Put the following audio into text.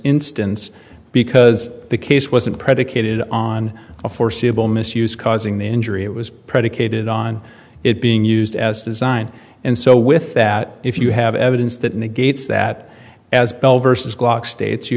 instance because the case wasn't predicated on a foreseeable misuse causing the injury it was predicated on it being used as designed and so with that if you have evidence that negates that as bell versus glock states you